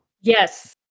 yes